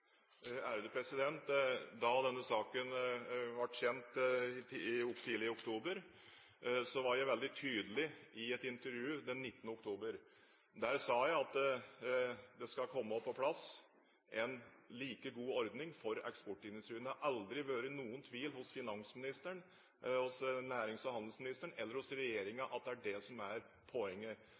denne saken ble kjent tidlig i oktober, var jeg veldig tydelig i et intervju den 19. oktober. Der sa jeg at det skal komme på plass en like god ordning for eksportindustrien. Det har aldri vært noen tvil hos finansministeren, hos nærings- og handelsministeren eller hos regjeringen om at det er det som er poenget.